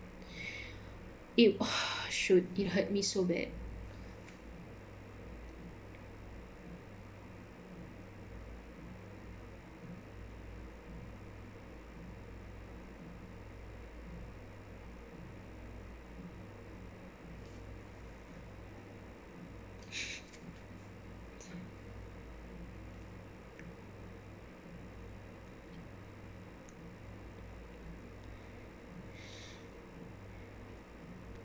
it should it hurt me so bad